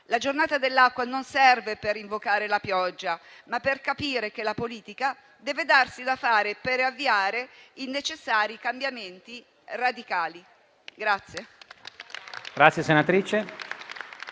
La Giornata dell'acqua non serve per invocare la pioggia, ma per capire che la politica deve darsi da fare per avviare i necessari cambiamenti radicali.